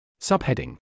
Subheading